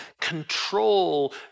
control